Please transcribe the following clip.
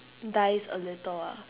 dies a little ah